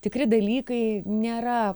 tikri dalykai nėra